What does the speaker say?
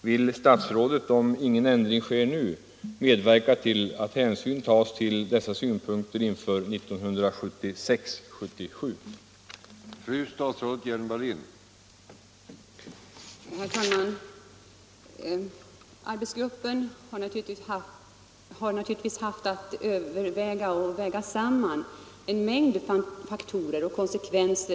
Vill statsrådet — om ingen ändring sker nu — medverka till att hänsyn tas till dessa synpunkter inför läsåret 1976/77?